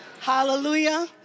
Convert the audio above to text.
Hallelujah